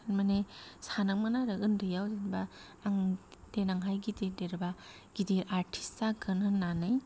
थारमाने सानोमोन आरो उन्दैआव जेनेबा आं देनांहाय गिदिर देरब्ला गिदिर आर्टिस्ट जागोन होननानै